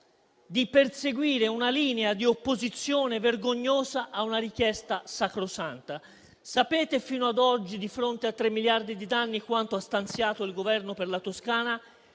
di perseguire una linea di opposizione vergognosa a una richiesta sacrosanta. Sapete fino ad oggi, di fronte a tre miliardi di danni, quanto ha stanziato il Governo per la Toscana?